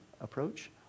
approach